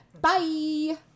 Bye